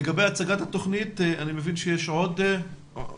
לגבי הצגת התוכנית, אני מבין שיש עוד דובר.